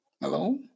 hello